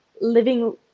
living